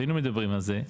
היינו מדברים על זה,